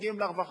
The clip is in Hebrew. מגיעים לרווחה,